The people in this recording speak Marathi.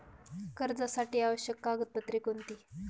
कर्जासाठी आवश्यक कागदपत्रे कोणती?